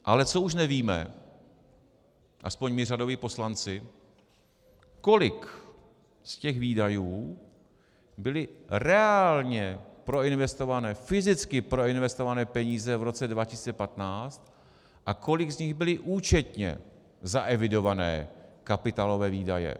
Ale co už nevíme, aspoň my řadoví poslanci, kolik z těch výdajů byly reálně proinvestované, fyzicky proinvestované peníze v roce 2015 a kolik z nich byly účetně zaevidované kapitálové výdaje.